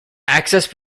access